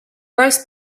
roast